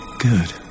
good